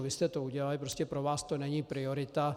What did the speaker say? Vy jste to udělali, prostě pro vás to není priorita.